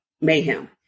mayhem